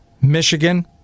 Michigan